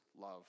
love